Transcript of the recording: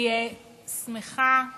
אני שמחה,